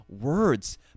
words